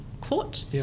court